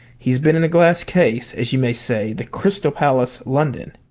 he's been in a glass case, as you may say, the crystal palace, london.